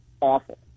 awful